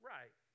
Right